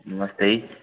ਨਮਸਤੇ